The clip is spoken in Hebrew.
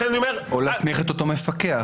או להסמיך את אותו מפקח.